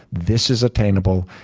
this is attainable.